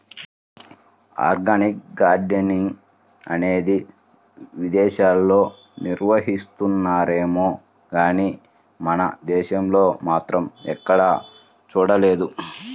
organic gardening అనేది విదేశాల్లో నిర్వహిస్తున్నారేమో గానీ మన దేశంలో మాత్రం ఎక్కడా చూడలేదు